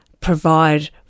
provide